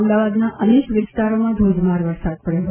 અમદાવાદના અનેક વિસ્તારોમાં ધોધમાર વરસાદ પડ્યો હતો